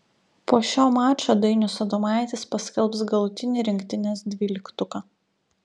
po šio mačo dainius adomaitis paskelbs galutinį rinktinės dvyliktuką